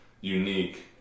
unique